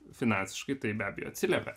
finansiškai tai be abejo atsiliepia